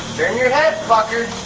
turn your head, fucker!